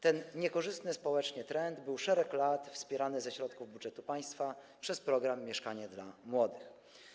Ten niekorzystny społecznie trend był szereg lat wspierany ze środków budżetu państwa przez program „Mieszkanie dla młodych”